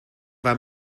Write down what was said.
war